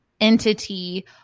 entity